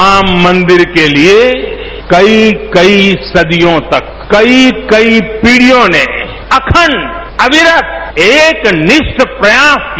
राम मंदिर के लिए कई कई सदियों तक कई कई पीढियों ने अखंड अविरत एक निष्ठ प्रयास किया